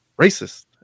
racist